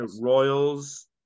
Royals